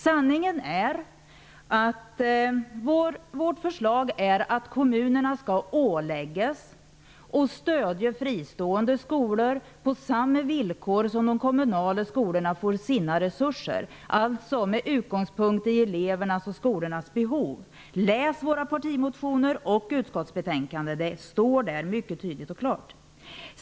Sanningen är att vårt förslag är att kommunerna skall åläggas att stöda fristående skolor under samma villkor som de kommunala skolorna får sina resurser, dvs. med utgångspunkt i elevernas och skolornas behov. Läs våra partimotioner och utskottsbetänkanden! Det står där mycket tydligt och klart.